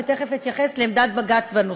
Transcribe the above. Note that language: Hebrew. ותכף אתייחס לעמדת בג"ץ בנושא.